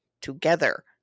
together